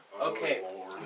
Okay